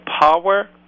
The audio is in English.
power